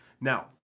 now